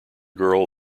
girl